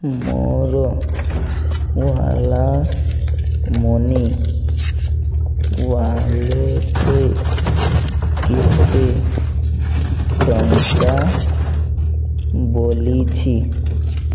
ମୋର ଓଲା ମନି ୱାଲେଟ୍ରେ କେତେ ଟଙ୍କା ବଳିଛି